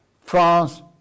France